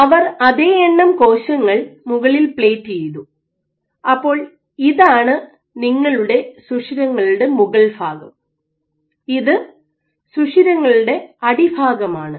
അവർ അതേ എണ്ണം കോശങ്ങൾ മുകളിൽ പ്ലേറ്റ് ചെയ്തു അപ്പോൾ ഇതാണ് നിങ്ങളുടെ സുഷിരങ്ങളുടെ മുകൾഭാഗം ഇത് സുഷിരങ്ങളുടെ അടിഭാഗം ആണ്